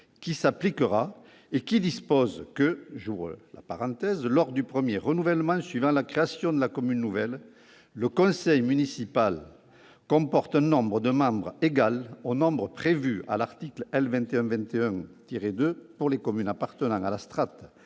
dispose :«[...] Lors du premier renouvellement suivant la création de la commune nouvelle, le conseil municipal comporte un nombre de membres égal au nombre prévu à l'article L. 2121-2 pour une commune appartenant à la strate